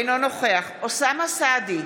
אינו נוכח אוסאמה סעדי,